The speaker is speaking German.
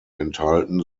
enthalten